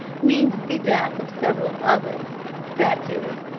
means the death of several others that is,